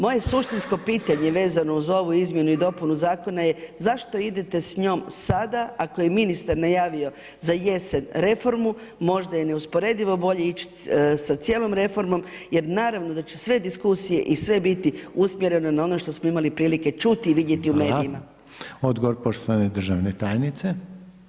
Moje suštinsko pitanje vezano uz ovu izmjenu i dopunu zakona je zašto idete s njom sada ako je ministar najavio za jesen reformu, možda je neusporedivo bolje ići s cijelom reformom, jer naravno da će sve diskusije i sve biti usmjereno na ono što smo imali prilike čuti i vidjeti u medijima.